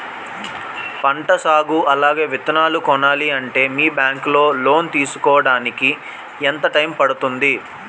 పంట సాగు అలాగే విత్తనాలు కొనాలి అంటే మీ బ్యాంక్ లో లోన్ తీసుకోడానికి ఎంత టైం పడుతుంది?